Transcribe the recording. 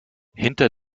hinter